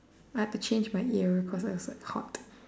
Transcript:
I had to change my ear cause it was like hot